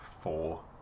four